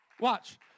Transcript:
Watch